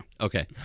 Okay